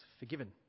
forgiven